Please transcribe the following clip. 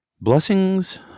Blessings